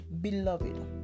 Beloved